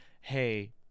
hey